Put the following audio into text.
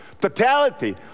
totality